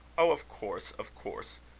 oh! of course, of course.